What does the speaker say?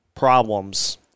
problems